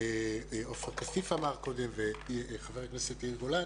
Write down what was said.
עופר כסיף אמר קודם וחבר הכנסת יאיר גולן